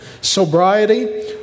sobriety